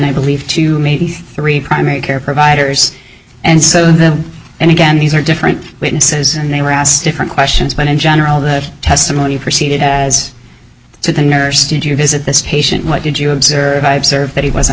i believe two maybe three primary care providers and so the and again these are different witnesses and they were asked different questions but in general the testimony proceeded as to the nurse did you visit this patient what did you observe i observed that he wasn't